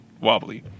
wobbly